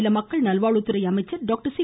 மாநில மக்கள் நல்வாழ்வுத்துறை அமைச்சர் டாக்டர் சி